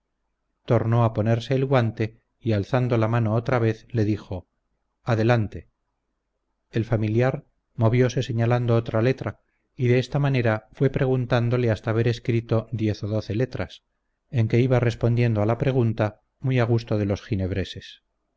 tornó a ponerse el guante y alzando la mano otra vez le dijo adelante el familiar moviose señalando otra letra y de esta manera fue preguntándole hasta haber escrito diez o doce letras en que iba respondiendo a la pregunta muy a gusto de los